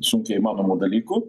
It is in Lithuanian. sunkiai įmanomų dalykų